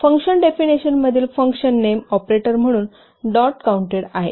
function definition मधील function name operator म्हणून not counted आहे